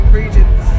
regions